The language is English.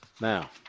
Now